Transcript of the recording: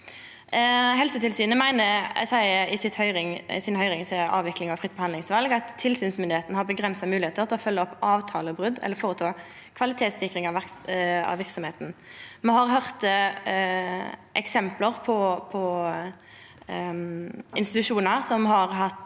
til høyringa om avviklinga av fritt behandlingsval: «Tilsynsmyndigheten har begrensede muligheter til å følge opp avtalebrudd eller foreta kvalitetssikring av virksomheten.» Me har høyrt eksempel på institusjonar som har